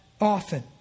often